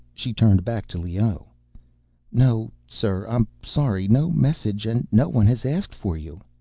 she turned back to leoh no, sir, i'm sorry. no message and no one has asked for you.